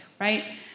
right